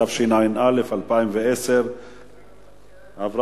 התש"ע 2010,